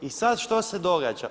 I sad što se događa?